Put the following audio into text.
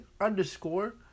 Underscore